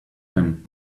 him